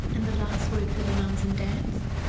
and the last word for the mums and dads?